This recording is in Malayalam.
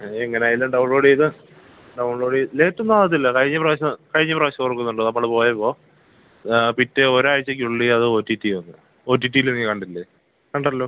എങ്ങനെയായാലും ഡൗൺ ലോഡ് ചെയ്ത് ഡൗൺ ലോഡ് ലേറ്റൊന്നും ആകുന്നില്ല കഴിഞ്ഞ പ്രാവശ്യം കഴിഞ്ഞ പ്രാവശ്യം ഓർക്കുന്നുണ്ടോ നമ്മൾ പോയപ്പോൾ ആ പിറ്റേ ഒരാഴ്ചക്കുള്ളിൽ അത് ഒ ടി ടി വന്നിനാ ഒ ടി ടിയിൽ നീ കണ്ടില്ലേ കണ്ടല്ലോ